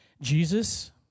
Jesus